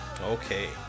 Okay